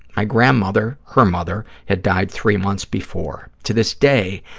my grandmother, her mother, had died three months before. to this day,